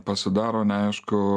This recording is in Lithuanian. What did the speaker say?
pasidaro neaišku